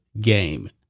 game